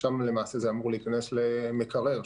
שם זה אמור להיכנס למקרר,